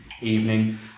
evening